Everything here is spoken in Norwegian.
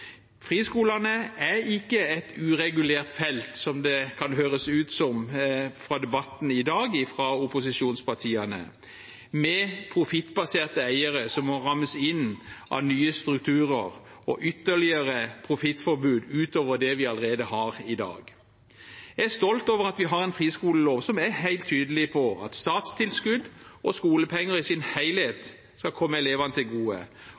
Friskolene er ikke et uregulert felt, slik det ut fra debatten i dag kan høres ut som fra opposisjonspartiene, med profittbaserte eiere som må rammes inn av nye strukturer og ytterligere profittforbud, utover det vi allerede har i dag. Jeg er stolt over at vi har en friskolelov som er helt tydelig på at statstilskudd og skolepenger i sin helhet skal komme elevene til gode,